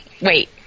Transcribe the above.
Wait